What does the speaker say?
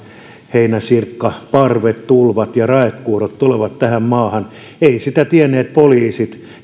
heinäsirkkaparvet tulvat ja raekuurot tulevat tähän maahan eivät sitä tienneet poliisit